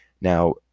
Now